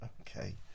okay